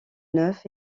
neuf